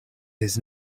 his